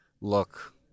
look